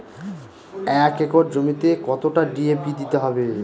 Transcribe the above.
এক একর জমিতে কতটা ডি.এ.পি দিতে হবে?